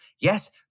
Yes